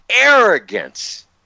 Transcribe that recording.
arrogance